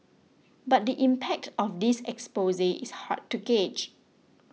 but the impact of this expose is hard to gauge